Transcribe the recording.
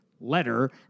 letter